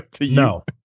No